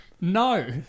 No